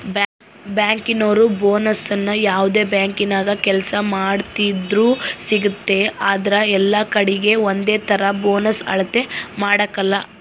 ಬ್ಯಾಂಕಿನೋರು ಬೋನಸ್ನ ಯಾವ್ದೇ ಬ್ಯಾಂಕಿನಾಗ ಕೆಲ್ಸ ಮಾಡ್ತಿದ್ರೂ ಸಿಗ್ತತೆ ಆದ್ರ ಎಲ್ಲಕಡೀಗೆ ಒಂದೇತರ ಬೋನಸ್ ಅಳತೆ ಮಾಡಕಲ